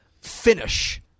finish